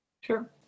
sure